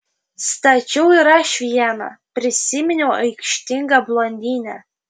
stačiau ir aš vieną prisiminiau aikštingą blondinę